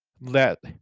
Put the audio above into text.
let